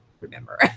remember